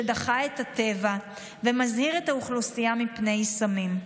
שדחה את הטבע ומזהיר את האוכלוסייה מפני סמים.